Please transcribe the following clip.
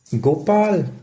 Gopal